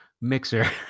mixer